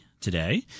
today